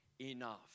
enough